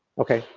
okay.